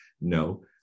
No